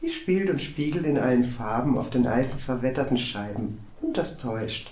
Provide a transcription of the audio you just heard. die spielt und spiegelt in allen farben auf den alten verwetterten scheiben und das täuscht